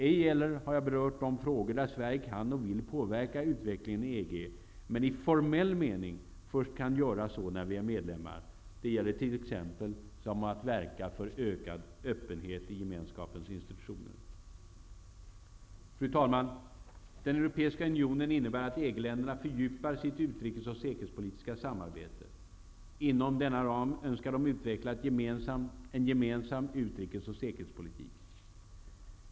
Ej heller har jag berört de frågor där Sverige kan och vill påverka utvecklingen i EG -- i formell mening kan vi göra så först när vi är medlemmar -- som att verka för ökad öppenhet i gemenskapens institutioner. Fru talman! Europeiska unionen innebär att EG länderna fördjupar sitt utrikes och säkerhetspolitiska samarbete. Inom denna ram önskar de utveckla en gemensam utrikes och säkerhetspolitik.